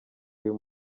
uyu